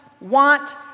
want